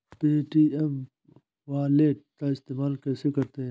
Paytm wallet का इस्तेमाल कैसे करते हैं?